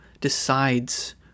decides